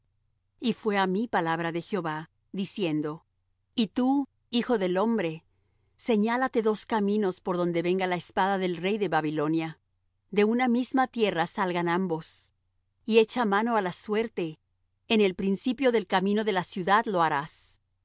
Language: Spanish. y fué á mí palabra de jehova diciendo y tú hijo del hombre señálate dos caminos por donde venga la espada del rey de babilonia de una misma tierra salgan ambos y echa mano á la suerte en el principio del camino de la ciudad lo harás